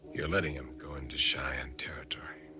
you're letting them go into cheyenne territory?